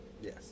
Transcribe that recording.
yes